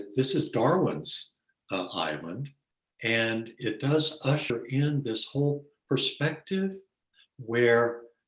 this is darwin's ah island and it does usher in this whole perspective where,